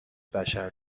بشر